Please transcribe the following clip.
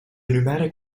pneumatic